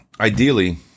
ideally